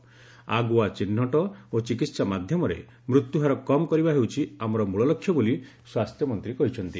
ସେ କହିଛନ୍ତି ଆଗୁଆ ଚିହ୍ନଟ ଓ ଚିକିତ୍ସା ମାଧ୍ୟମରେ ମୃତ୍ୟୁ ହାର କମ୍ କରିବା ହେଉଛି ଆମର ମୂଳ ଲକ୍ଷ୍ୟ ବୋଲି ସ୍ୱାସ୍ଥ୍ୟମନ୍ତ୍ରୀ କହିଚ୍ଛନ୍ତି